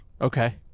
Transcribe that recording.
Okay